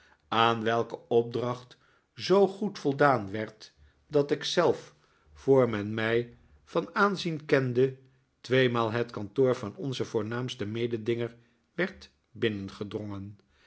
aan welke opdracht zoo goed voldaan werd dat ik zelf voor men mij van aanzien kende tweemaal het kantoor van onzen voornaamsten mededinger werd binnengedrongen